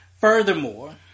Furthermore